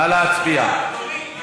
נא להצביע.